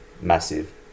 massive